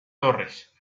torres